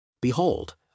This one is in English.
Behold